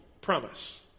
promise